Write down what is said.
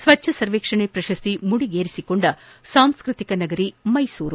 ಸ್ವಚ್ಚ ಸರ್ವೇಕ್ಷಣೆ ಪ್ರಶಸ್ತಿ ಮುಡಿಗೇರಿಸಿಕೊಂಡ ಸಾಂಸ್ಟತಿಕನಗರಿ ಮೈಸೂರು